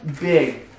big